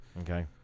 Okay